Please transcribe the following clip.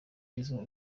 iyo